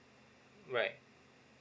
right